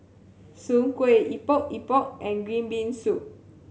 Soon Kueh Epok Epok and green bean soup